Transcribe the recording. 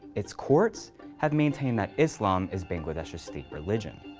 its courts have maintained that islam is bangladesh's state religion.